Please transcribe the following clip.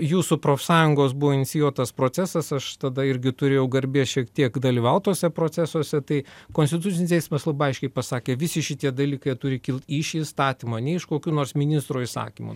jūsų profsąjungos buvo inicijuotas procesas aš tada irgi turėjau garbės šiek tiek dalyvaut tuose procesuose tai konstitucinis teismas labai aiškiai pasakė visi šitie dalykai jie turi kilt iš įstatymo ne iš kokių nors ministro įsakymų